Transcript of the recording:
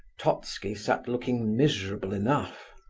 totski sat looking miserable enough.